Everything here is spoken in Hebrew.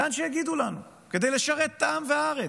לאן שיגידו לנו, כדי לשרת את העם והארץ.